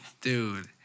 Dude